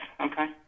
okay